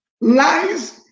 lies